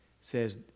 says